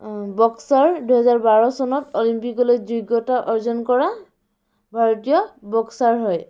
boxer দুহেজাৰ বাৰ চনত অলিম্পিকলৈ যোগ্যতা অৰ্জন কৰা ভাৰতীয় বক্সাৰ হয়